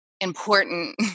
important